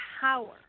power